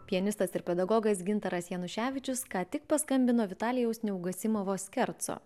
pianistas ir pedagogas gintaras januševičius ką tik paskambino vitalijaus neugasimovo skerco